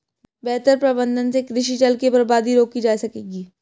बेहतर प्रबंधन से कृषि जल की बर्बादी रोकी जा सकेगी